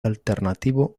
alternativo